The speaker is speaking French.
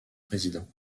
président